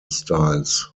styles